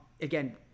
Again